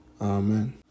Amen